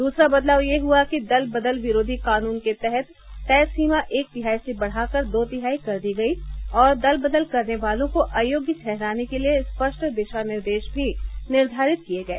दूसरा बदलाव यह हुआ है कि दल बदल विरोधी कानून के तहत तय सीमा एक तिहाई से बढ़ा कर दो तिहाई कर दी गई और दल बदल करने वालों को अयोग्य ठहराने के लिए स्पष्ट दिशा निर्देश भी निर्धारित किए गए